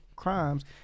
crimes